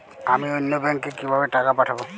আমি অন্য ব্যাংকে কিভাবে টাকা পাঠাব?